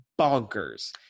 bonkers